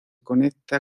conecta